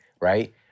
right